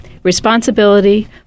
Responsibility